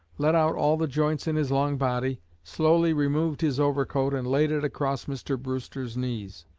let out all the joints in his long body, slowly removed his overcoat and laid it across mr. brewster's knees.